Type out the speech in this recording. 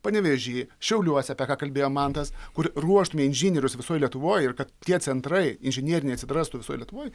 panevėžy šiauliuose apie ką kalbėjo mantas kur ruoštume inžinierius visoj lietuvoj ir kad tie centrai inžinieriniai atsirastų visoj lietuvoj